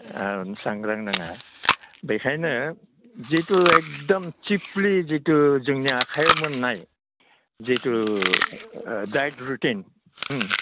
सांग्रां नङा बेनिखायनो जितु एकदम थिकलि जितु जोंनि आखाइआव मोननाय जितु डायेट रुटिन